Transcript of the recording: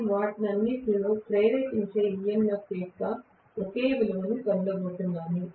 నేను వాటన్నిటిలో ప్రేరేపించే EMF యొక్క ఒకే విలువను పొందబోతున్నాను